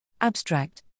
Abstract